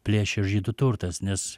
plėšė žydų turtas nes